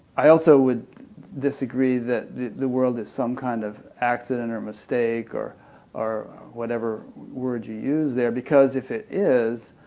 i also would disagree that the world is some kind of accident or mistake or or whatever word you use there. because if it is,